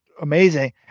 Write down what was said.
amazing